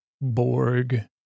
Borg